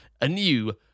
anew